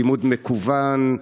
לימוד מקוון,